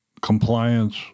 compliance